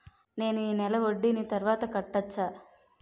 నేను ఈ నెల వడ్డీని తర్వాత కట్టచా?